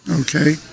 Okay